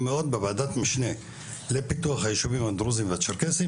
מאוד בוועדת משנה לפיתוח היישובים הדרוזים והצ'רקסים